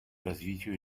развитию